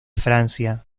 francia